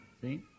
See